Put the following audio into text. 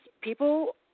people